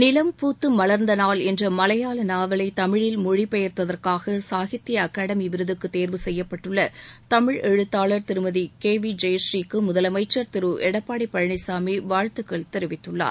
நிலம் பூத்து மலர்ந்த நாள் என்ற மலையாள நாவலை தமிழில் மொழிப்பெயர்த்ததற்காக சாகித்ய அகடமி விருதுக்கு தேர்வு செய்யப்பட்டுள்ள தமிழ் எழுத்தாளர் திருமதி கே வி ஜெயஸ்ரீ க்கு முதலமைச்சர் எடப்பாடி பழனிசாமி வாழ்த்துக்கள் தெரிவித்துள்ளார்